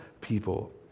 people